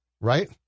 right